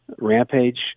rampage